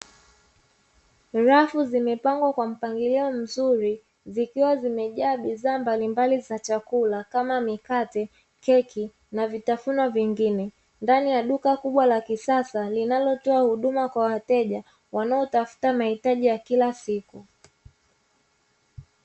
Rafu zimepangwa kwa mpangilio mzuri zikiwa zimejaa bidhaa mbalimbali za chakula kama mikate, keki na vitafunwa vingine ndani ya duka kubwa la kisasa linalotoa huduma kwa wateja wanaotafuta mahitaji ya kila siku.